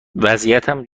وضعیتم